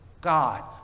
God